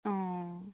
অ